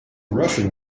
russian